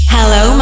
Hello